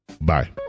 Bye